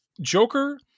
Joker